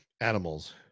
animals